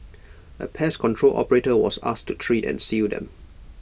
A pest control operator was asked to treat and seal them